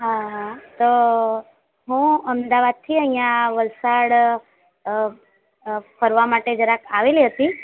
હા હા તો હું અમદાવાદથી અહિયાં વલસાડ ફરવા માટે જરાક આવેલી હતી